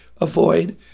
avoid